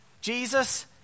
Jesus